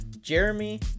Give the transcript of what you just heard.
Jeremy